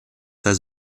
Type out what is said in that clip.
has